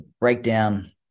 breakdown